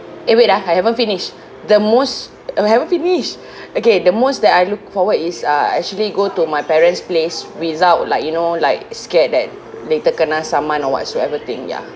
eh wait ah I haven't finished the most I haven't finish okay the most that I look forward is uh actually go to my parents' place without like you know like scared that later kena saman or whatsoever thing ya